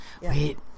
Wait